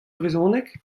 brezhoneg